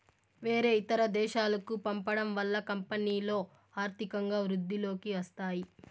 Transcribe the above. వేరే ఇతర దేశాలకు పంపడం వల్ల కంపెనీలో ఆర్థికంగా వృద్ధిలోకి వస్తాయి